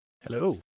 Hello